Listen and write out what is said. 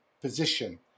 position